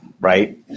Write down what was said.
Right